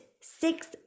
six